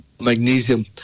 magnesium